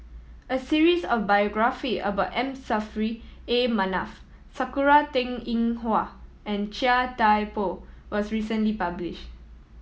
a series of biography about M Saffri A Manaf Sakura Teng Ying Hua and Chia Thye Poh was recently published